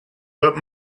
but